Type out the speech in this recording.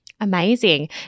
Amazing